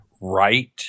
right